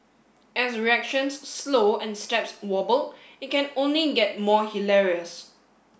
as reactions slow and steps wobble it can only get more hilarious